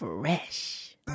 Fresh